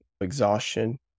exhaustion